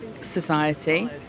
society